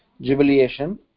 jubilation